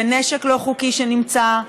ונשק לא חוקי שנמצא,